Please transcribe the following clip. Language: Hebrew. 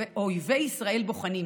אויבי ישראל בוחנים,